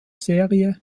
serie